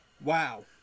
Wow